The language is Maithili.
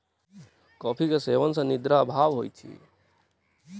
कॉफ़ी के सेवन सॅ निद्रा अभाव होइत अछि